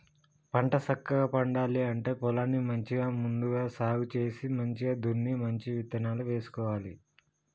పంట సక్కగా పండాలి అంటే పొలాన్ని మంచిగా ముందుగా సాగు చేసి మంచిగ దున్ని మంచి ఇత్తనాలు వేసుకోవాలి